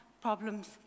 problems